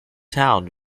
town